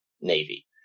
Navy